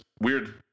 weird